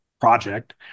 project